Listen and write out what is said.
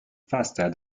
faster